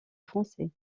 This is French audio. français